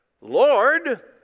Lord